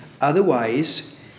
Otherwise